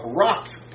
rocked